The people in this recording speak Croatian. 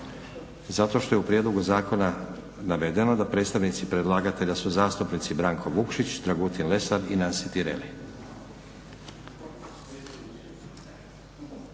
zato što je u prijedlogu zakona navedeno da predstavnici predlagatelja su zastupnici Branko Vukšić, Dragutin Lesar i Nansi Tireli.